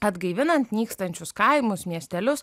atgaivinant nykstančius kaimus miestelius